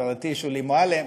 חברתי שולי מועלם,